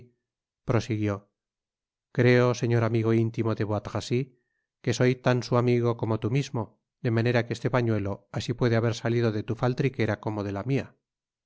prosiguió creo señor amigo intimo de bois tracy que soy tan su amigo como tú mismo de manera que este pañuelo asi puede haber satido de tu faltriquera como de la mia